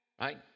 Right